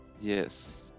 Yes